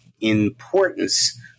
importance